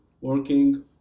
working